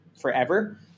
forever